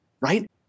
right